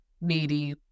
needy